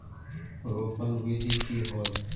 रोपण विधि की होय?